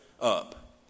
up